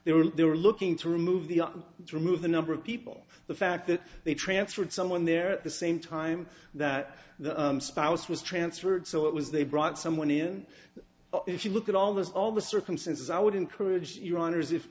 they were they were looking to remove the remove the number of people the fact that they transferred someone there at the same time that the spouse was transferred so it was they brought someone in if you look at almost all the circumstances i would encourage your honour's if